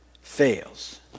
fails